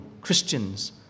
Christians